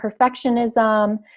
perfectionism